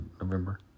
november